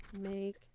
Make